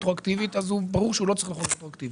רטרואקטיבית אז ברור שהוא לא צריך לחול רטרואקטיבית,